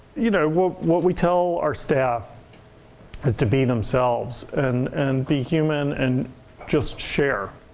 you know what we tell our staff is to be themselves. and and be human. and just share.